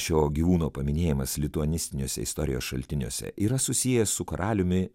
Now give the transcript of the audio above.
šio gyvūno paminėjimas lituanistiniuose istorijos šaltiniuose yra susijęs su karaliumi